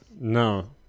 No